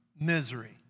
misery